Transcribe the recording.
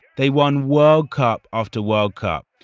they won world cup after world cup.